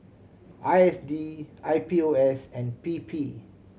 I S D I P O S and P P